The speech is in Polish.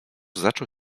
zaczął